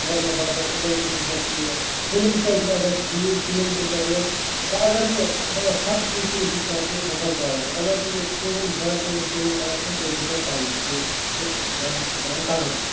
اَگر مےٚ باسٮ۪و یِتھٕے کَنہِ گژھِ یہِ فِلِنٛگ سۭتۍ ما گژھِ ٹھیٖک فِلِنٛگ تہِ کَرہوس وۅنۍ اَگر کانٛہہ حتمی کوٗشِش کَرٕ بہٕ بہٕ بچاوَن یہِ اَگر نہٕ وۅنۍ کِہیٖنٛۍ باسیے کِہیٖنٛۍ آپشَن تیٚلہِ چھَو تۄہہِ پَیی تیٚلہِ چھُ دَنٛد پٮ۪وان کَڈُن تہِ